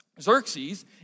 Xerxes